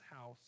house